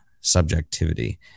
subjectivity